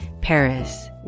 Paris